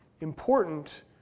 important